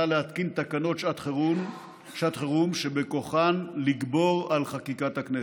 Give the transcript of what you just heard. להתקין תקנות שעת חירום שבכוחן לגבור על חקיקת הכנסת.